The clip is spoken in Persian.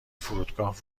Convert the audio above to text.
فرودگاه